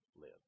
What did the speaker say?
live